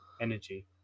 energy